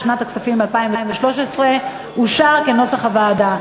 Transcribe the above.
לשנת 2013. חבר הכנסת אמנון כהן.